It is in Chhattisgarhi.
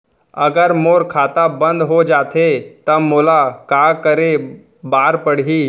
अगर मोर खाता बन्द हो जाथे त मोला का करे बार पड़हि?